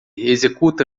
executa